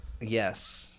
Yes